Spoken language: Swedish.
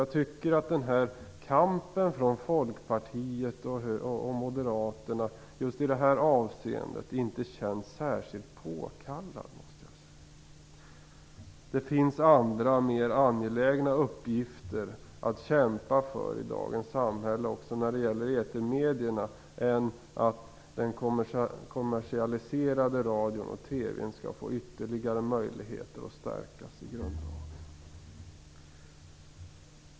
Jag tycker därför att Folkpartiets och Moderaternas kamp i just det här avseendet inte känns särskild påkallad. Det finns andra och mer angelägna uppgifter att kämpa för i dagens samhälle, också när det gäller etermedierna, än att den kommersialiserade radions och TV:ns möjligheter skall stärkas ytterligare i grundlagen.